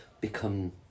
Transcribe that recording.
become